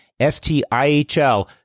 STIHL